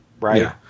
right